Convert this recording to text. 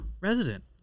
resident